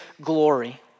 glory